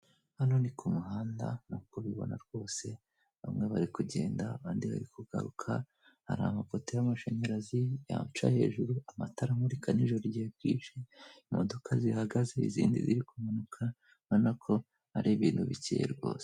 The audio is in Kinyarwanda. Hano ni ku muhanda nk'uko ubibona rwose, bamwe bari kugenda abandi bari kugaruka hari amapoto y'amashanyarazi yaca hejuru, amatara amurika nijoro igihe bwije, imodoka z'ihagaze n'izindi ziri kumanuka urabona ko ari ibintu bikeye rwose.